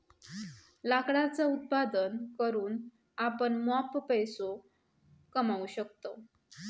लाकडाचा उत्पादन करून आपण मॉप पैसो कमावू शकतव